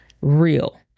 real